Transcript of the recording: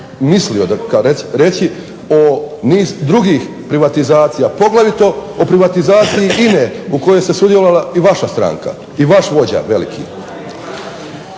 mislio reći o niz drugih privatizacija, poglavito o privatizaciji INA-e u kojoj je sudjelovala i vaša stranka i vaš vođa veliki.